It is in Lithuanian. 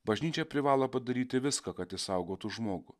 bažnyčia privalo padaryti viską kad išsaugotų žmogų